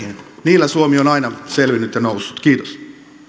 niillä suomi on aina selvinnyt ja noussut kiitos